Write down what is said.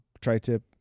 tri-tip